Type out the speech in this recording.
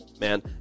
man